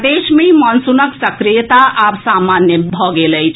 प्रदेश मे मॉनसूनक सक्रियता आब सामान्य भऽ गेल अछि